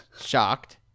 shocked